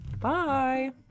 Bye